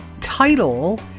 title